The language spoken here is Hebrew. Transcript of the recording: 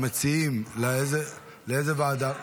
המציעים, לאיזה ועדה?